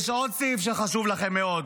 יש עוד סעיף שחשוב לכם מאוד,